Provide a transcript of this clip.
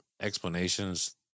explanations